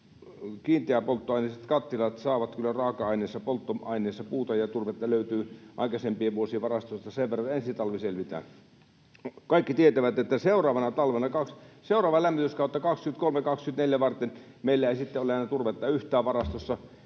kiinteäpolttoaineiset kattilat saavat kyllä raaka-aineensa, polttoaineensa. Puuta ja turvetta löytyy aikaisempien vuosien varastoista sen verran, että ensi talvi selvitään. Kaikki tietävät, että seuraavaa lämmityskautta, 23—24, varten meillä ei sitten ole enää turvetta yhtään varastossa.